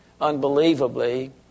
unbelievably